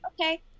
okay